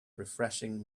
refreshing